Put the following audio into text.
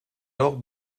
heure